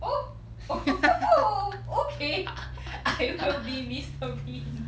okay I will be mister bean